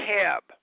cab